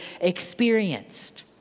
experienced